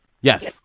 Yes